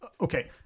okay